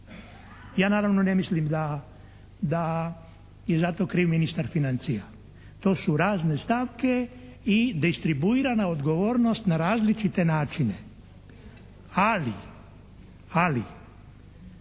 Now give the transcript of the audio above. Ja naravno ne mislim da je za to kriv ministar financija. To su razne stavke i distribuirana odgovornost na različite načine. Ali, ali